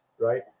right